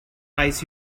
ice